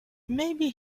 maybe